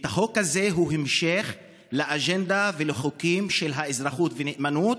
החוק הזה הוא המשך לאג'נדה ולחוקים של אזרחות ונאמנות,